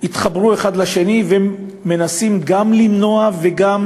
התחברו אחד לשני והם מנסים גם למנוע וגם